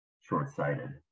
short-sighted